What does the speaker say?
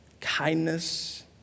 kindness